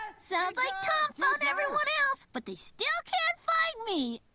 sounds like tom found everyone else, but they still can't find me.